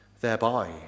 Thereby